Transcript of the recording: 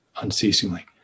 unceasingly